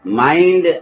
mind